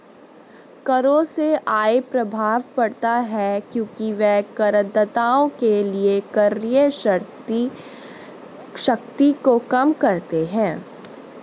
करों से आय प्रभाव पड़ता है क्योंकि वे करदाताओं के लिए क्रय शक्ति को कम करते हैं